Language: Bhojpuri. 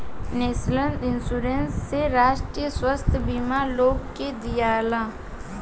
नेशनल इंश्योरेंस से राष्ट्रीय स्वास्थ्य बीमा लोग के दियाला